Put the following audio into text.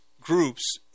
groups